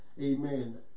Amen